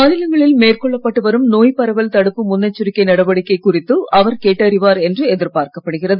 மாநிலங்களில் மேற்கொள்ளப்பட்டு வரும் நோய் பரவல் தடுப்பு முன்னெச்சரிக்கை நடவடிக்கை குறித்து அவர் கேட்டறிவார் என்று எதிர்பார்க்கப்படுகிறது